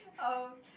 oh